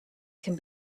can